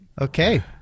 Okay